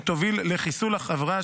היא תוביל לחיסול החברה,